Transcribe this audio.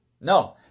No